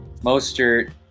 Mostert